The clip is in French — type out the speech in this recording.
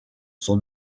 son